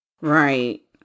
right